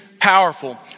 powerful